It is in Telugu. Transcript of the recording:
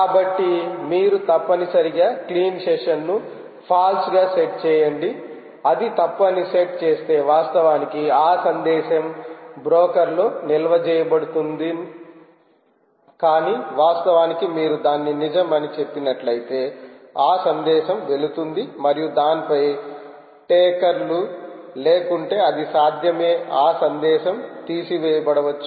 కాబట్టి మీరు తప్పనిసరిగా క్లీన్ సెషన్ను ఫాల్స్ గా సెట్ చేయండి అది తప్పు అని సెట్ చేస్తే వాస్తవానికి ఆ సందేశం బ్రోకర్ లో నిల్వ చేయబడుతుంది కాని వాస్తవానికి మీరు దాన్ని నిజం అని చెప్పినట్లయితే ఆ సందేశం వెళుతుంది మరియు దానిపై టేకర్లు లేకుంటే అది సాధ్యమే ఆ సందేశం తీసివేయబడవచ్చు